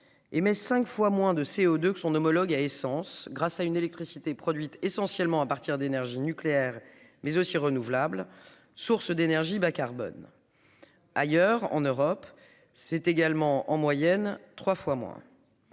émet 5 fois moins de CO2 que son homologue à essence grâce à une électricité produite essentiellement à partir d'énergie nucléaire mais aussi renouvelable source d'énergie bas-carbone. Ailleurs en Europe. C'est également en moyenne 3 fois moins.